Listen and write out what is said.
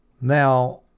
Now